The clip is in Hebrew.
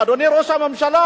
אדוני ראש הממשלה,